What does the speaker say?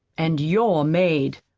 and your maid.